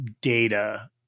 data